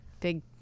big